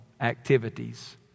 activities